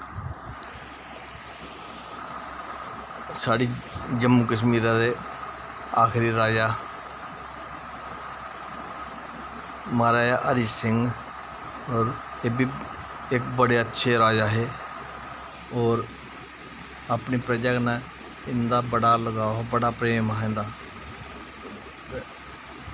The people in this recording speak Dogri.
साढ़े जम्मू कश्मीर दे आखरी राजा हरि सिंह होर एह् बी बड़े अच्छे राजा हे होर अपनी प्रजा कन्नै इं'दा बड़ा लगाव हा बड़ा प्रेम हा इं'दा